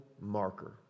marker